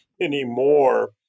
anymore